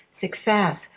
success